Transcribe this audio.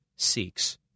seeks